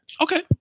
Okay